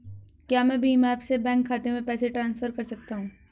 क्या मैं भीम ऐप से बैंक खाते में पैसे ट्रांसफर कर सकता हूँ?